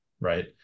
Right